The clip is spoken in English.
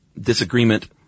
disagreement